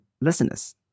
listeners